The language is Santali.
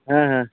ᱦᱮᱸ ᱦᱮᱸ